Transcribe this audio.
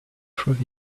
through